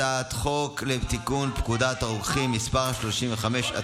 הצעת חוק לתיקון פקודת הרוקחים (מס' 35),